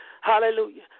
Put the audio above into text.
Hallelujah